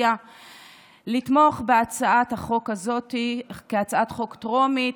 מהאופוזיציה לתמוך בהצעת החוק הזאת בקריאה הטרומית,